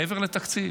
מעבר לתקציב?